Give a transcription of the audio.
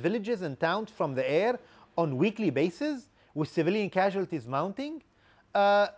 villages and towns from the air on weekly bases with civilian casualties mounting